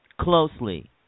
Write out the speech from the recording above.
closely